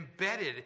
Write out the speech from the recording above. embedded